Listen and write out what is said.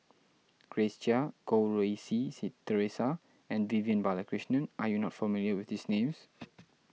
Grace Chia Goh Rui Si Si theresa and Vivian Balakrishnan are you not familiar with these names